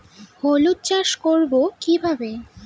হলুদ চাষ করব কিভাবে?